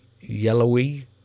yellowy